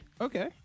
Okay